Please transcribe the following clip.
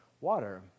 water